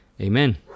Amen